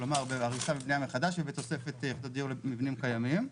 כלומר בהריסה ובניה מחדש ותוספת יחידות דיור למבנים קיימים.